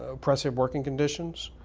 oppressive working conditions?